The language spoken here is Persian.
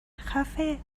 خفه